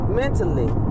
mentally